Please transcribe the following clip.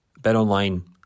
BetOnline